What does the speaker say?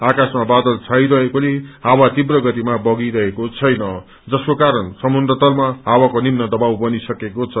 आकाशमा बादल छाइरहेकोले हावा तीव्र गतिमा बहिरहेको छैन जसको कारण समुन्द्रतलमा हावको निम्नि दवाव बनिसकेको छ